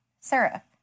Syrup